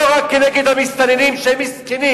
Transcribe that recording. ולא רק כנגד המסתננים, שהם מסכנים.